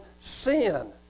sin